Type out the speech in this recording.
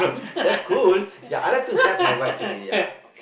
that's cool ya I like to help my wife actually ya